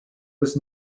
was